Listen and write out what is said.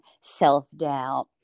self-doubt